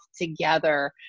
together